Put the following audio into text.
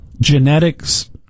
Genetics